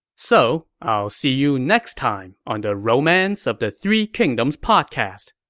so, i'll see you next time on the romance of the three kingdoms podcast.